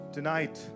Tonight